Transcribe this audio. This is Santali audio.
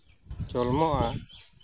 ᱡᱚᱱᱢᱚᱜᱼᱟ